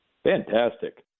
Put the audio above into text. Fantastic